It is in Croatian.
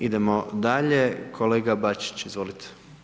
Idemo dalje kolega Bačić, izvolite.